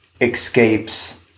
escapes